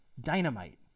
dynamite